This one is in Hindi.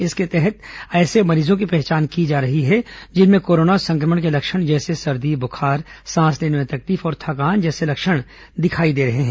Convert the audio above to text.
इसके तहत ऐसे मरीजों की पहचान की जा रही है जिनमें कोरोना संक्रमण के लक्षण जैसे सर्दी बुखार सांस लेने में तकलीफ और थकान जैसे लक्षण दिखाई दे रहे हैं